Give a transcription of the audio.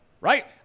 right